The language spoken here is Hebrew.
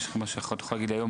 את יכולה להגיד לי היום,